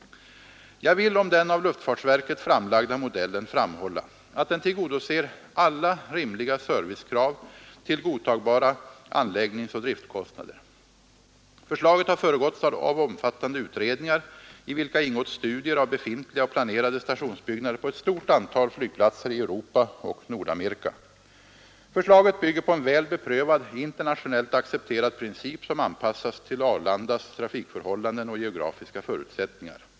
Jag vill om den av luftfartsverket framlagda modellen framhålla att den tillgodoser alla rimliga servicekrav till godtagbara anläggningsoch driftkostnader. Förslaget har föregåtts av omfattande utredningar, i vilka ingått studier av befintliga och planerade stationsbyggnader på ett stort antal flygplatser i Europa och Nordamerika. Förslaget bygger på en väl beprövad, internationellt accepterad princip som anpassats till Arlandas trafikförhållanden och geografiska förutsättningar.